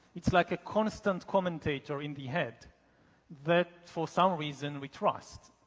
it's like a constant commentator in the head that for some reason, we trust.